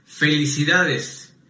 Felicidades